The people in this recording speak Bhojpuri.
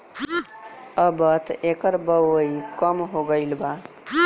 अबत एकर बओई कम हो गईल बा